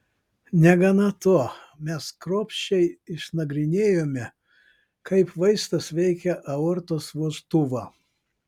negana to mes kruopščiai išnagrinėjome kaip vaistas veikia aortos vožtuvą